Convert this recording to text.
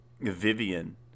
Vivian